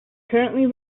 currently